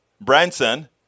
Branson